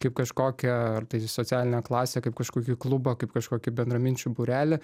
kaip kažkokią ar tai socialinę klasę kaip kažkokį klubą kaip kažkokį bendraminčių būrelį